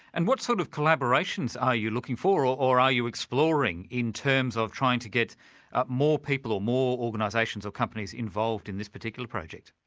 and what sort of collaborations are you looking for, or or are you exploring in terms of trying to get more people, or more organisations or companies involved in this particular project?